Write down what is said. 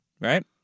right